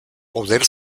poder